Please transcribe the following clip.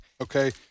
Okay